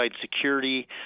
security